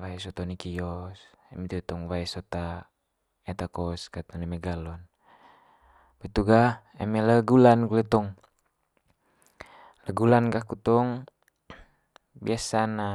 wae sot one kios eme toe tong wae sot eta kos kat one mai galon. Poli hitu gah eme le gula'n kole tong le gula'n gaku tong biasa'n ne.